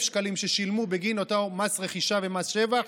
שקלים ששילמו בגין אותו מס רכישה ומס שבח.